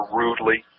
rudely